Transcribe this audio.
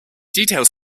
detailed